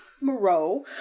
Moreau